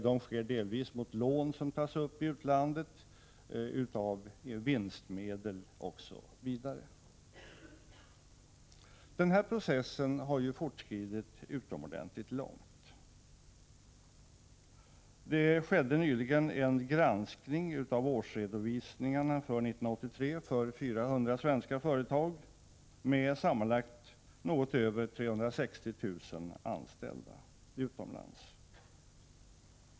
De sker delvis mot lån som tas upp i utlandet eller med hjälp av vinstmedel osv. Den här processen har fortskridit utomordentligt långt. Det skedde nyligen en granskning av årsredovisningarna från 1983 för 400 svenska företag, med sammanlagt något över 360 000 anställda utomlands.